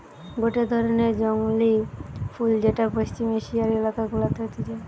গটে ধরণের জংলী ফুল যেটা পশ্চিম এশিয়ার এলাকা গুলাতে হতিছে